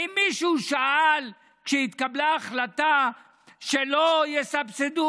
האם מישהו שאל כשהתקבלה ההחלטה שלא יסבסדו